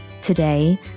today